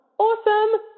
awesome